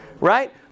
right